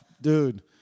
dude